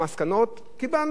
קיבלנו כמה הטבות,